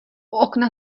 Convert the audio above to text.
okna